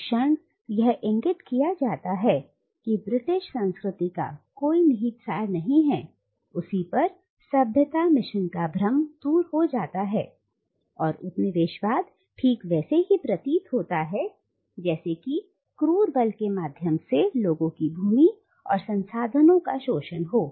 जिस क्षण यह इंगित किया जाता है कि ब्रिटिश संस्कृति का कोई निहित सार नहीं है उसी पर सभ्यता मिशन का भ्रम दूर हो जाता है और उपनिवेशवाद ठीक वैसे ही प्रतीत होता है जैसे कि क्रूर बल के माध्यम से लोगों की भूमि और संसाधनों का शोषण हो